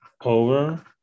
Over